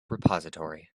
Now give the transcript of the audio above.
repository